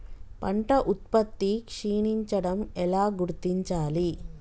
పంట ఉత్పత్తి క్షీణించడం ఎలా గుర్తించాలి?